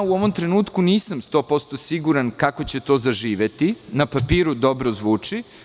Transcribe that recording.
U ovom trenutku nisam 100% siguran kako će to zaživeti, na papiru dobro zvuči.